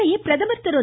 இதனிடையே பிரதமர் திரு